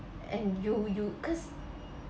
and you you cause